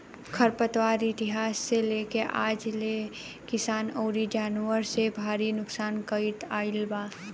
खर पतवार इतिहास से लेके आज ले किसान अउरी जानवर के भारी नुकसान करत आईल बा